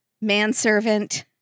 manservant